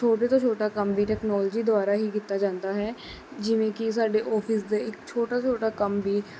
ਛੋਟੇ ਤੋਂ ਛੋਟਾ ਕੰਮ ਵੀ ਟੈਕਨੋਲੋਜੀ ਦੁਆਰਾ ਹੀ ਕੀਤਾ ਜਾਂਦਾ ਹੈ ਜਿਵੇਂ ਕਿ ਸਾਡੇ ਆਫਿਸ ਦੇ ਇੱਕ ਛੋਟਾ ਛੋਟਾ ਕੰਮ ਵੀ